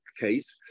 case